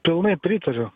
pilnai pritariu